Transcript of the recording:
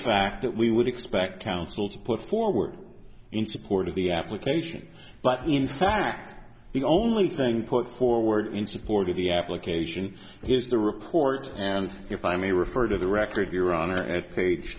fact that we would expect counsel to put forward in support of the application but in fact the only thing put forward in support of the application is the report and if i may refer to the record your honor at page